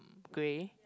um grey